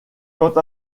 quant